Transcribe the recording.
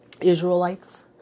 Israelites